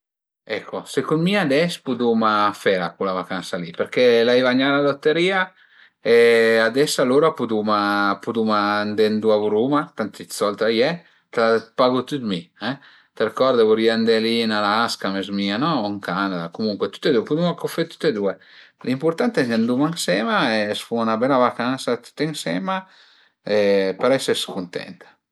Ecco secund mi ades puduma fela cula vacansa li perché l'ai vagnà a la lotteria e ades alura puduma puduma andé ëndua vuluma ëntant i sold a ie, pagu tüt mi e, t'ërcorde vulìa andé li ën Alaska më zmìa o ën Canada, comuncue puduma co fe tute due, l'impurtant al e che anduma ënsema e s'fuma 'na bela vacansa tüti ënsema e parei ses cuntent